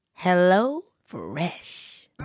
HelloFresh